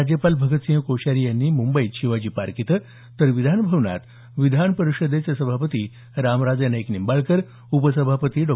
राज्यपाल भगतसिंह कोश्यारी यांनी मुंबईत शिवाजी पार्क इथं तर विधान भवनात विधान परिषदेचे सभापती रामराजे नाईक निंबाळकर उपसभापती डॉ